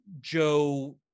Joe